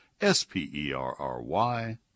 S-P-E-R-R-Y